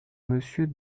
monsieur